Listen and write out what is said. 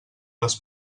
les